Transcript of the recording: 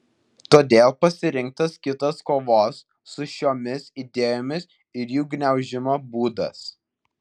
todėl pasirinktas kitas kovos su šiomis idėjomis ir jų gniaužimo būdas